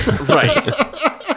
right